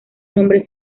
nombre